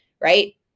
right